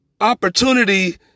opportunity